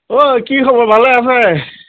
ঐ কি খবৰ ভালে আছে